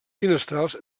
finestrals